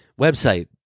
Website